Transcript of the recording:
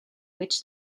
which